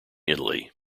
italy